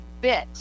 bit